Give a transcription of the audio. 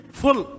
full